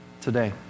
today